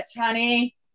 honey